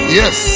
yes